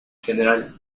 general